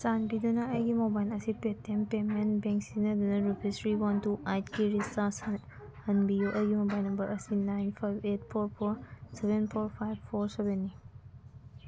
ꯆꯥꯟꯕꯤꯗꯨꯅ ꯑꯩꯒꯤ ꯃꯣꯕꯥꯏꯜ ꯑꯁꯤ ꯄꯦ ꯇꯤ ꯑꯦꯝ ꯄꯦꯃꯦꯟ ꯕꯦꯡ ꯁꯤꯖꯤꯟꯅꯗꯨꯅ ꯔꯨꯄꯤꯁ ꯊ꯭ꯔꯤ ꯋꯥꯟ ꯇꯨ ꯑꯩꯠꯀꯤ ꯔꯤꯆꯥꯔꯖ ꯍꯥꯟꯕꯤꯌꯨ ꯑꯩꯒꯤ ꯃꯣꯕꯥꯏꯜ ꯅꯝꯕꯔ ꯑꯁꯤ nine five eight four four seven four five four ꯁꯕꯦꯟꯅꯤ